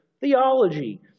theology